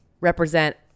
represent